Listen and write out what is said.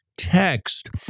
Text